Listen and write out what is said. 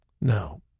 No